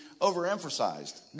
overemphasized